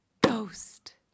Ghost